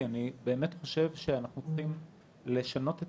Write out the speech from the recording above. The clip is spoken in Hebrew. כי אני באמת חושב שאנחנו צריכים לשנות את